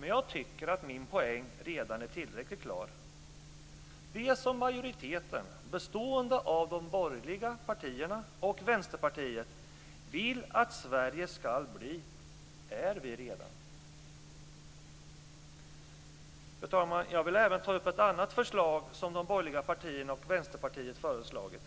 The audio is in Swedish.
Men jag tycker att min poäng redan är tillräckligt klar: Det som majoriteten, bestående av de borgerliga partierna och Vänsterpartiet, vill att Sverige ska bli är Sverige redan. Fru talman! Jag vill även ta upp ett annat förslag som de borgerliga partierna och Vänsterpartiet lagt fram.